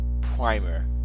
primer